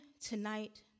tonight